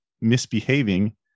misbehaving